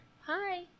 Hi